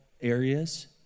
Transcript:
areas